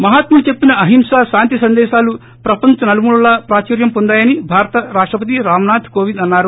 మహాత్ముడు చెప్పిన అహింస శాంతి సందేశాలు ప్రపంచం నలుమూలలా ప్రాచుర్యం పొందాయని భారత రాష్టపతి రామ్నాథ్ కోవింద్ అన్నారు